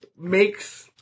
makes